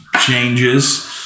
changes